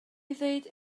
ddweud